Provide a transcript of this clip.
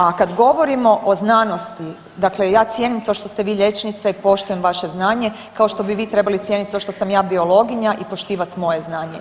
A kad govorimo o znanosti, dakle ja cijenim to što ste vi liječnica i poštujem vaše znanje kao što bi vi trebali cijeniti što sam ja biologinja i poštivat moje znanje.